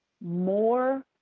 more